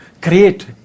Create